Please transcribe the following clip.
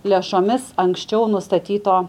lėšomis anksčiau nustatyto